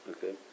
Okay